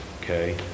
okay